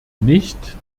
nicht